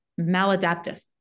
maladaptive